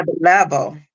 level